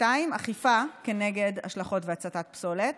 2. אכיפה כנגד השלכות והצתת פסולת,